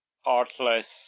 heartless